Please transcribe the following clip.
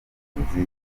n’ubutaka